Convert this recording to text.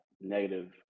negative